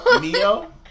Neo